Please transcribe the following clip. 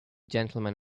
gentlemen